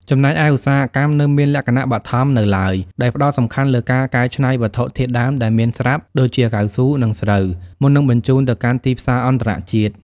ចំណែកឯឧស្សាហកម្មនៅមានលក្ខណៈបឋមនៅឡើយ ដោយផ្តោតសំខាន់លើការកែច្នៃវត្ថុធាតុដើមដែលមានស្រាប់ ដូចជាកៅស៊ូ និងស្រូវ មុននឹងបញ្ជូនទៅកាន់ទីផ្សារអន្តរជាតិ។